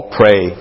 pray